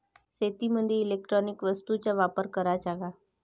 शेतीमंदी इलेक्ट्रॉनिक वस्तूचा वापर कराचा का?